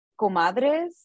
comadres